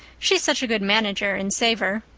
she's such a good manager and saver.